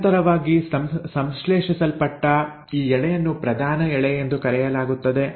ನಿರಂತರವಾಗಿ ಸಂಶ್ಲೇಷಿಸಲ್ಪಟ್ಟ ಈ ಎಳೆಯನ್ನು ಪ್ರಧಾನ ಎಳೆ ಎಂದು ಕರೆಯಲಾಗುತ್ತದೆ